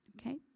Okay